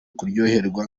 kuryoherwa